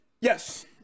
Yes